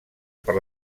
per